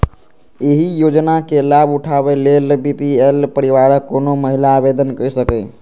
एहि योजनाक लाभ उठाबै लेल बी.पी.एल परिवारक कोनो महिला आवेदन कैर सकैए